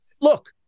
look